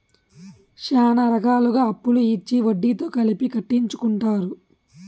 శ్యానా రకాలుగా అప్పులు ఇచ్చి వడ్డీతో కలిపి కట్టించుకుంటారు